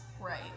right